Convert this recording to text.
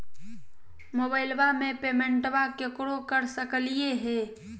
मोबाइलबा से पेमेंटबा केकरो कर सकलिए है?